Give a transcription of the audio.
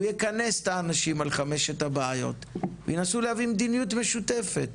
הוא ייכנס את האנשים על חמשת הבעיות וינסו להביא מדיניות משותפת.